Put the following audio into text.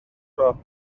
roc